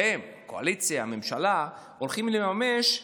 אתם, הקואליציה, הממשלה, הולכים לממש,